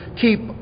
keep